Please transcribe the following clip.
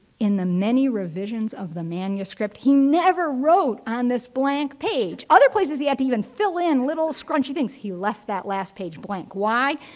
in the many revisions of the manuscript, he never wrote on this blank page. other places, he had to even fill in little scrunchie things, he left that last page blank. why?